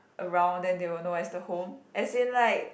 around then they will know where is the home as in like